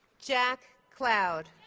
jack cloud